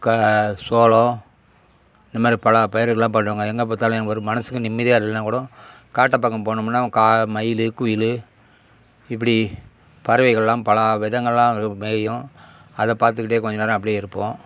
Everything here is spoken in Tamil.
கா சோளம் இந்த மாதிரி பல பயிர்கள்லாம் பண்ணுவோங்க எங்கே பார்த்தாலியும் ஒரு மனசுக்கு நிம்மதியா இல்லைன்னா கூடும் காட்டு பக்கம் போனோமுன்னா கா மயிலு குயிலு இப்படி பறவைகள்லாம் பல விதங்களாக மேயும் அதை பார்த்துக்கிட்டே கொஞ்சம் நேரம் அப்படியே இருப்போம்